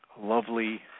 lovely